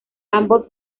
ambos